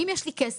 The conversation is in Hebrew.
אם יש לי כסף,